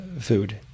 food